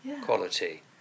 quality